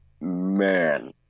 Man